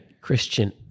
Christian